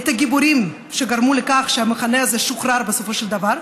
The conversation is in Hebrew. את הגיבורים שגרמו לכך שהמחנה הזה שוחרר בסופו של דבר,